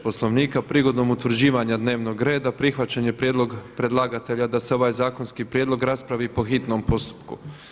Poslovnika prigodom utvrđivanja dnevnog reda prihvaćen je prijedlog predlagatelja da se ovaj zakonski prijedlog raspravi po hitnom postupku.